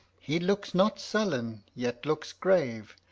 he looks not sullen, yet looks grave.